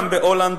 גם בהולנד,